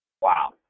Wow